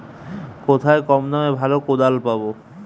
কোথায় কম দামে ভালো কোদাল পাব?